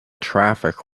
traffic